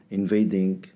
invading